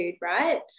Right